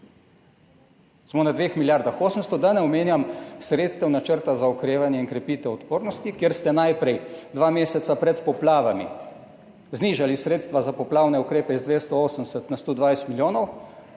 smo na dveh milijardah 800. Da ne omenjam sredstev načrta za okrevanje in krepitev odpornosti, kjer ste najprej dva meseca pred poplavami znižali sredstva za poplavne ukrepe iz 280 na 120 milijonov,